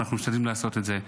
ואנחנו משתדלים לעשות את זה.